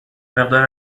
مقدار